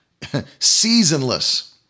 seasonless